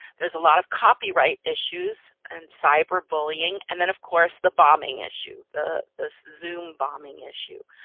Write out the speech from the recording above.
there's a lot of copyright issues and cyber bullying. and then of course the bombing issue the zoom bombing issue.